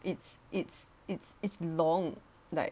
it's it's it's it's long like